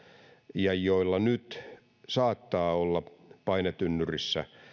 ja joilla nyt saattaa olla painetynnyrissä